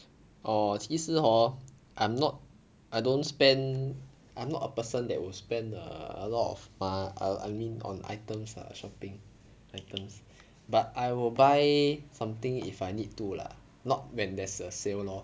orh 其实 hor I'm not I don't spend I'm not a person that will spend err a lot of mo~ I mean on items ah shopping items but I will buy something if I need to lah not when there's a sale lor